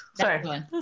Sorry